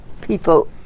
people